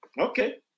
Okay